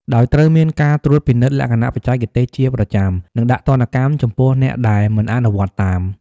ដោយត្រូវមានការត្រួតពិនិត្យលក្ខណៈបច្ចេកទេសជាប្រចាំ និងដាក់ទណ្ឌកម្មចំពោះអ្នកដែលមិនអនុវត្តតាម។